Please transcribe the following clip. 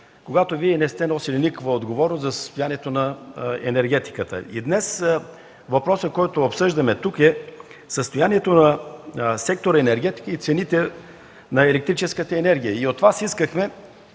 когато Вие не сте носили никаква отговорност за състоянието на енергетиката. Днес въпросът, който обсъждаме тук, е за състоянието на сектора енергетика и цените на електрическата енергия. От Вас искахме